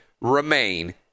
remain